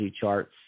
charts